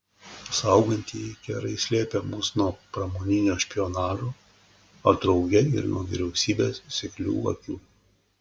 saugantieji kerai slėpė mus nuo pramoninio špionažo o drauge ir nuo vyriausybės seklių akių